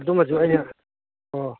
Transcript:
ꯑꯗꯨꯃꯁꯨ ꯑꯩꯅ ꯑꯣ